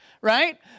right